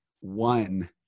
one